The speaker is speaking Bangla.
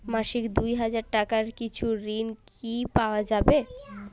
মাসিক দুই হাজার টাকার কিছু ঋণ কি পাওয়া যাবে?